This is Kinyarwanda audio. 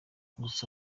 gusa